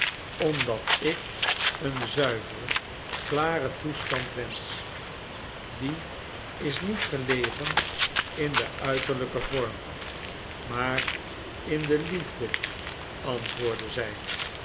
omdat ik een zuiveren klaren toestand wensch die is niet gelegen in den uiterlijken vorm maar in de liefde antwoordde zij